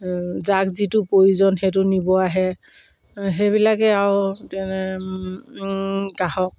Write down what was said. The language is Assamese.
যাক যিটো প্ৰয়োজন সেইটো নিব আহে সেইবিলাকেই আৰু তেনে গ্ৰাহক